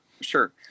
sure